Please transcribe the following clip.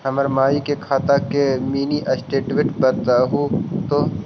हमर माई के खाता के मीनी स्टेटमेंट बतहु तो?